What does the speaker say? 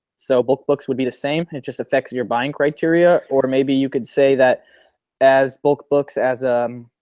so bulk books would be the same, it just affects your buying criteria or maybe you could say that as bulk books as a,